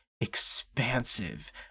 expansive